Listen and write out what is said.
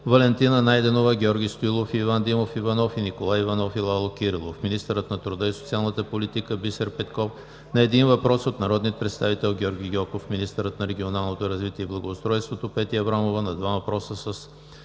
Валентина Найденова; Георги Стоилов и Иван Димов Иванов; и Николай Иванов и Лало Кирилов; - министърът на труда и социалната политика Бисер Петков на един въпрос от народния представител Георги Гьоков; - министърът на регионалното развитие и благоустройството Петя Аврамова на два въпроса с